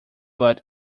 but